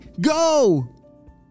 go